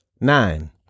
Nine